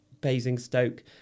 Basingstoke